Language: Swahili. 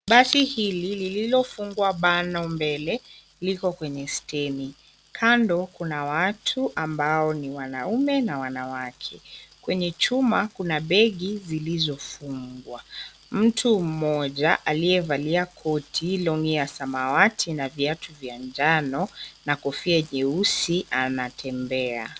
Basi hili lililofungwa bano mbele, liko kwenye steni. Kando kuna watu ambao ni wanaume na wanawake. Kwenye chuma kuna begi zilizofungwa. Mtu mmoja aliyevalia koti, longi ya samawati, na viatu vya njano, na kofia nyeusi, anatembea.